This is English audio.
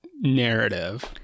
narrative